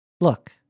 look